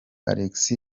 alex